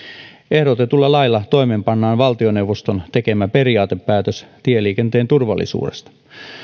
ehdotetulla lailla toimeenpannaan valtioneuvoston tekemä periaatepäätös tieliikenteen turvallisuudesta